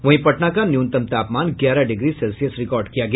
वहीं पटना का न्यूनतम तापमान ग्यारह डिग्री सेल्सियस रिकार्ड किया गया